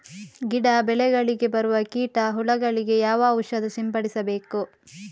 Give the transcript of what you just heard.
ಗಿಡ, ಬೆಳೆಗಳಿಗೆ ಬರುವ ಕೀಟ, ಹುಳಗಳಿಗೆ ಯಾವ ಔಷಧ ಸಿಂಪಡಿಸಬೇಕು?